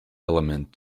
element